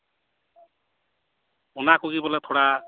ᱚᱱᱟ ᱠᱚᱜᱮ ᱵᱚᱞᱮ ᱛᱷᱚᱲᱟ